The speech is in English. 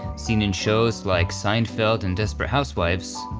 seen in shows like seinfeld and desperate housewives,